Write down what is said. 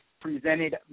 presented